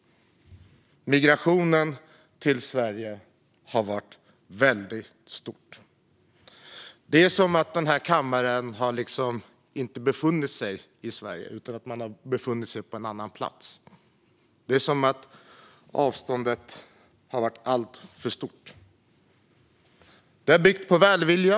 Migrationen till Sverige har varit väldigt stor. Det är som att den här kammaren inte har befunnit sig i Sverige utan på en annan plats. Det är som att avståndet har varit alltför stort. Det har byggt på välvilja.